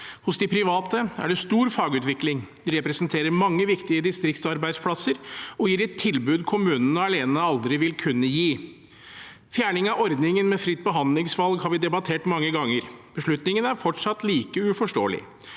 Hos de private er det stor fagutvikling, de representerer mange viktige distriktsarbeidsplasser, og de gir et tilbud kommunene alene aldri vil kunne gi. Fjerning av ordningen med fritt behandlingsvalg har vi debattert mange ganger. Beslutningen er fortsatt like uforståelig,